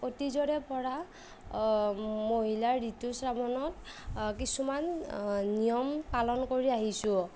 অতীজৰেপৰা মহিলাৰ ঋতুস্ৰাৱণত কিছুমান নিয়ম পালন কৰি আহিছোঁ